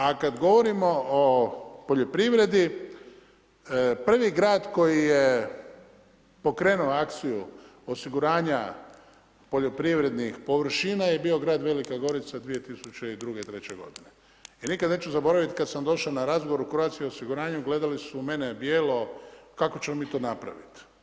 A kada govorimo o poljoprivredi, prvi grad koji je pokrenuo akciju osiguranja poljoprivrednih površina je bio grad Velika Gorica 2002.-2003. g. I nikada neću zabraviti kada sam došao na razgovor u Croatia osiguranju gledali su mene bijelo, kako ćemo mi to napraviti.